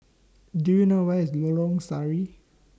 Do YOU know Where IS Lorong Sari